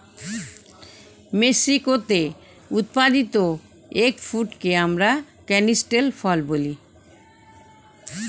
মেক্সিকোতে উৎপাদিত এগ ফ্রুটকে আমরা ক্যানিস্টেল ফল বলি